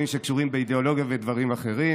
שקשורים באידיאולוגיה ודברים אחרים.